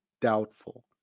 doubtful